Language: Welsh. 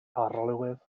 arlywydd